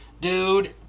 Dude